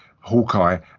hawkeye